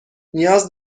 نیاز